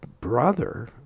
brother